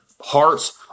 hearts